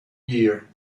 year